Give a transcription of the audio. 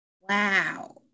Wow